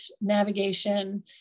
navigation